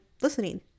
listening